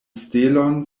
stelon